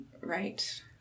Right